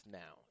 now